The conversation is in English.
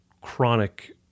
chronic